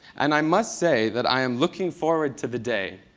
and i must say that i am looking forward to the day